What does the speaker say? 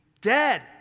dead